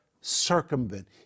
circumvent